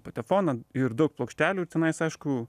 patefoną ir daug plokštelių tenais aišku